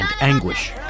anguish